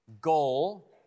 goal